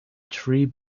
tree